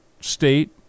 state